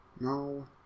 No